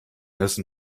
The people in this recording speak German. ersten